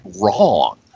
wrong